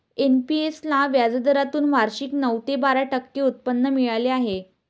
NPS ला व्याजदरातून वार्षिक नऊ ते बारा टक्के उत्पन्न मिळाले आहे